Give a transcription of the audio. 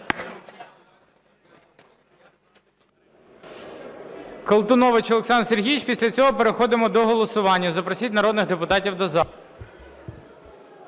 Колтунович Олександр Сергійович. Після цього переходимо до голосування. Запросіть народних депутатів до зали.